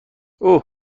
اوه